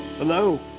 Hello